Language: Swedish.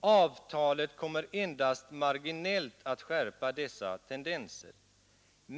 Avtalet kommer endast marginellt att skärpa dessa tendenser.